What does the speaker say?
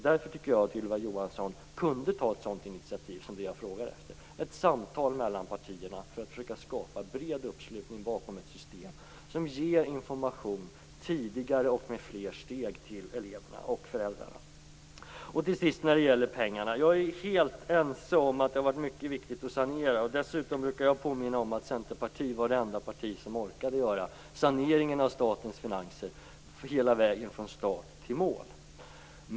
Därför tycker jag att Ylva Johansson borde kunna ta ett sådant initiativ som jag frågar efter, ett samtal mellan partierna för att skapa en bred uppslutning bakom ett system som har fler steg och som ger eleverna och föräldrarna information tidigare. Till sist om pengarna: Jag är helt ense med Ylva Johansson om att det har varit mycket viktigt att sanera ekonomin. Dessutom brukar jag påminna om att Centerpartiet är det enda parti som orkade genomföra saneringen av statens finanser hela vägen från start till mål.